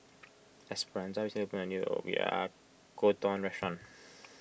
Esperanza recently opened a new Oyakodon restaurant